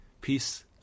Peace